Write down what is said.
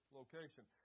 location